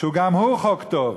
שגם הוא חוק טוב,